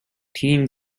teen